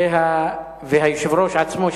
והיושב-ראש עצמו,